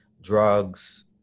drugs